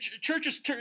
Churches